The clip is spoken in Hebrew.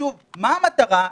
מה המטרה?